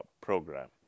program